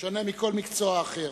שונה מכל מקצוע אחר.